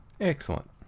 Excellent